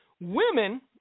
Women